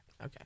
Okay